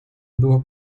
było